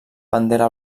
bandera